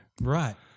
Right